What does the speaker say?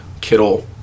Kittle